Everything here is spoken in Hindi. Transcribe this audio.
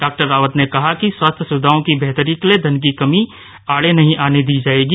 डॉ रावत ने कहा कि स्वास्थ्य सुविधाओं की बेहतरी के लिए धन की कमी आड़े नहीं आने दी जाएगी